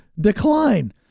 decline